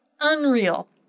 unreal